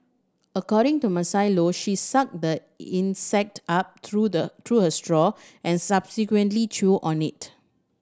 according to Maisie Low she sucked the insect up through the through her straw and subsequently chewed on it